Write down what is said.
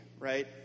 Right